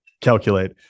calculate